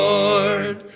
Lord